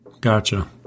Gotcha